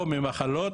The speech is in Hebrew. ממחלות